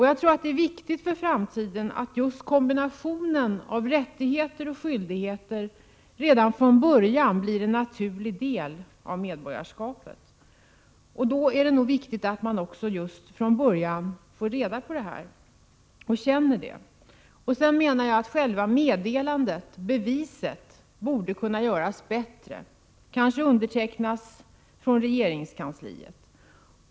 Jag tror att det är viktigt för framtiden att just kombinationen av rättigheter och skyldigheter redan från början blir en naturlig del av medborgarskapet. Då är det väsentligt att man också från Prot. 1987/88:76 början får reda på och känner till det. Själva meddelandet, beviset, borde 25 februari 1988 kunna göras bättre, och handlingen kan kanske undertecknas av en mna representant för regeringskansliet.